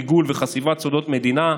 ריגול וחשיפת סודות מדינה".